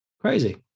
Crazy